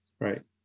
right